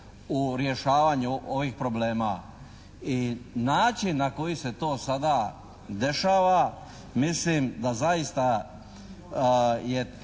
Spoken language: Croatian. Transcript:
u rješavanju ovih problema. I način na koji se to sada dešava mislim da zaista je